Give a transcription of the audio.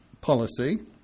policy